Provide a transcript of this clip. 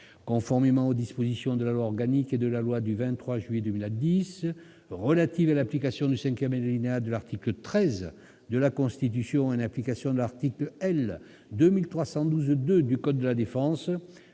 Conformément aux dispositions de la loi organique n° 2010-837 et de la loi n° 2010-838 du 23 juillet 2010 relatives à l'application du cinquième alinéa de l'article 13 de la Constitution et en application de l'article L. 2312-2 du code de la défense,